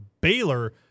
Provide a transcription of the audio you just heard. Baylor